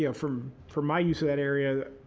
yeah from from my use of that area,